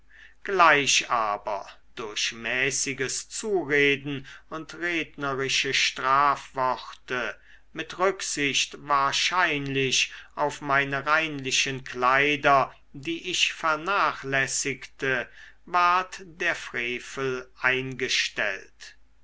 gleich aber durch mäßiges zureden und rednerische strafworte mit rücksicht wahrscheinlich auf meine reinlichen kleider die ich vernachlässigte ward der frevel eingestellt